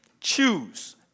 choose